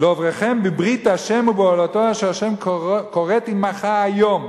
"לעברך בברית ה' ובאלתו אשר ה' כֹרת עמך היום.